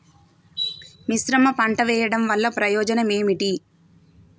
మిశ్రమ పంట వెయ్యడం వల్ల ప్రయోజనం ఏమిటి?